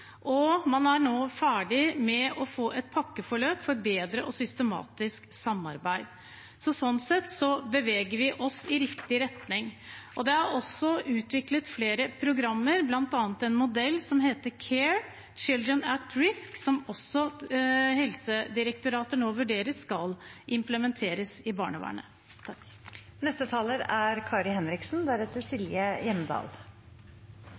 og man er nå ferdig med et pakkeforløp for bedre og systematisk samarbeid. Sånn sett beveger vi oss i riktig retning. Det er også utviklet flere programmer, bl.a. en modell som heter CARE, Children at Risk Evaluation, som Helsedirektoratet nå vurderer om skal implementeres i barnevernet.